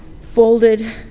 folded